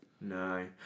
No